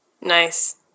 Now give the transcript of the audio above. Nice